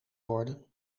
worden